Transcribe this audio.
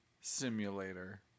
Simulator